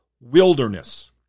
wilderness